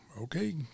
okay